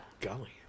Golly